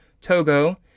Togo